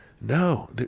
no